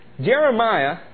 Jeremiah